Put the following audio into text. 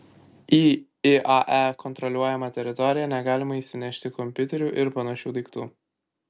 į iae kontroliuojamą teritoriją negalima įsinešti kompiuterių ir panašių daiktų